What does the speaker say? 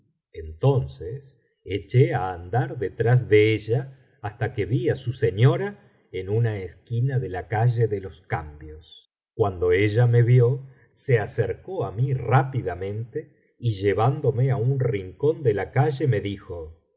entonces eché á andar detrás de ella hasta que vi á su señora en una esquina de la calle de los cambios cuando ella me vio se acercó á mi rápidamente y llevándome á un rincón ele la calle me dijo